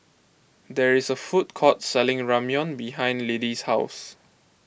there is a food court selling Ramyeon behind Lidie's house